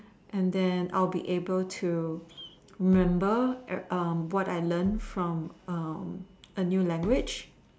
and then I'll be able to remember every~ um what I learn from um a new language